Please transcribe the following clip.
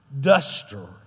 Duster